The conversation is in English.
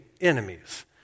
enemies